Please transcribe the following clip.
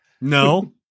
No